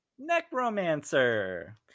necromancer